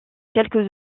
quelques